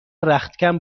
رختکن